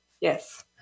Yes